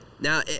Now